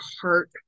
heart